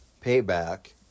Payback